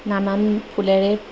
নানান ফুলেৰে